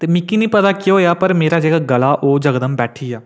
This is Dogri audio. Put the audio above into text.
ते मिकी निं पता केह् होएआ पर मेरा जेह्ड़ा गला ओह् यकदम बैठी गेआ